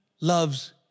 loves